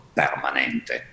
permanente